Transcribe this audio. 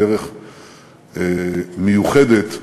בדרך מיוחדת,